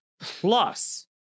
plus